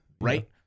right